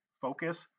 focus